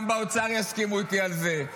גם באוצר יסכימו איתי על זה.